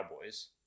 Cowboys